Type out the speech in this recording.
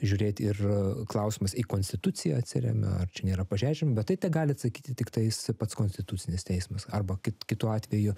žiūrėti ir a klausimas į konstituciją atsiremia ar čia nėra pažiaudžiami bet tai tegali atsakyti tiktais pats konstitucinis teismas arba kaip kitu atveju